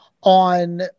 on